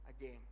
again